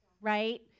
Right